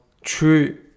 true